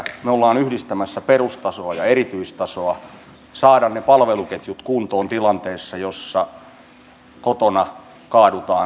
me olemme yhdistämässä perustasoa ja erityistasoa saataisiin ne palveluketjut kuntoon tilanteessa jossa kotona kaadutaan lonkka murtuu